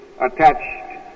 attached